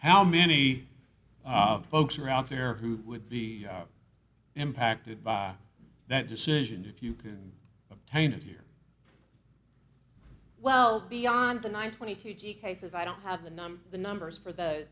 how many folks are out there who would be impacted by that decision if you can obtain it here well beyond the nine twenty two cases i don't have the numbers the